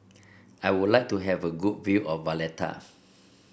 I would like to have a good view of Valletta